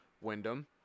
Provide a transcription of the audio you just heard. Wyndham